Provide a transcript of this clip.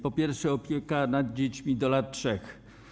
Po pierwsze, opieka nad dziećmi do lat 3.